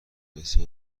مثه